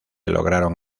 lograron